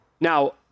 Now